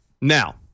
Now